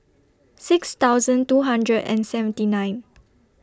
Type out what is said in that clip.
six thousand two hundred and seventy nine